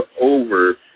over